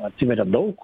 atsiveria daug